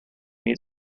meet